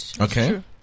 Okay